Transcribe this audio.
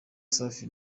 safi